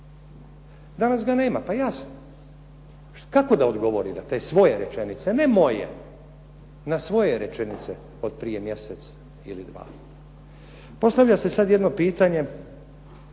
Danas ga nema, pa jasno. Kako da odgovori na te svoje rečenice, ne moje. Na svoje rečenice od prije mjesec ili dva. Postavlja se sad jedno pitanje